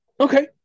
Okay